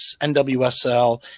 NWSL